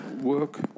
work